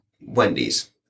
Wendy's